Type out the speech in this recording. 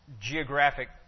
geographic